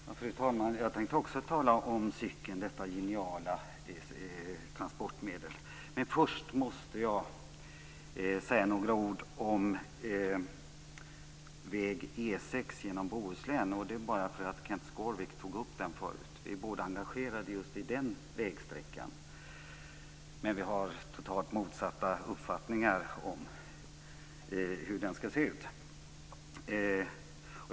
Fru talman! Jag tänkte också tala om cykeln, detta geniala transportmedel. Men först måste jag få säga några ord om väg E 6 genom Bohuslän. Kenth Skårvik tog tidigare upp den vägsträckan, som vi båda är engagerade i. Vi har dock totalt motsatta uppfattningar om hur den skall se ut.